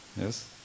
Yes